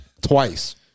Twice